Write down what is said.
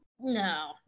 No